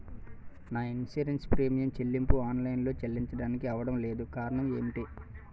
నా insurance premium చెల్లింపు online లో చెల్లించడానికి అవ్వడం లేదు కారణం ఏమిటి?